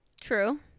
True